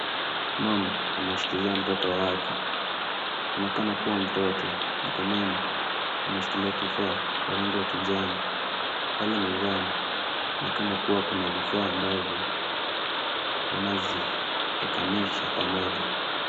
Mama amemshikilia mtoto wake. Inaonekana kuwa mtoto mkononi ameshikilia kifaa cha rangi ya kijani. Pale mezani inaonekana kuwa kuna vifaa ambavyo wanaziekanisha pamoja.